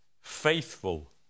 faithful